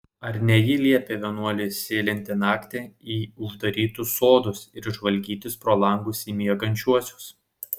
ar ne ji liepia vienuoliui sėlinti naktį į uždarytus sodus ir žvalgytis pro langus į miegančiuosius